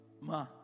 Ma